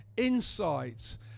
insights